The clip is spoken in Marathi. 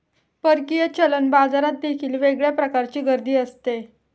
परकीय चलन बाजारात देखील वेगळ्या प्रकारची गर्दी असते